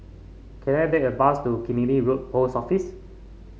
can I take a bus to Killiney Road Post Office